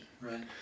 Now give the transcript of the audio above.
Right